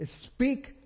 Speak